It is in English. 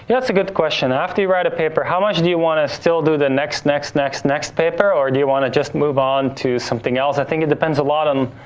that's a good question. after you write a paper, how much do you wanna still do the next next next next paper? or you wanna just move on to something else? i think it depends a lot on,